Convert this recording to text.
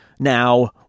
Now